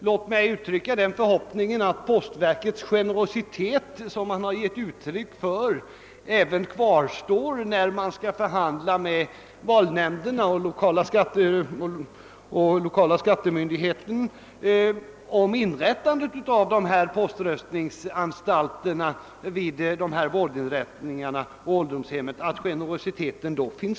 Låt mig uttrycka förhoppningen att den generositet som postverket visat kommer att finnas kvar även vid förhandlingarna med valnämnderna och de lokala skattemyndigheterna om inrättande av poströstningsanstalter på vårdinrättningar och ålderdomshem.